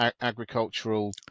agricultural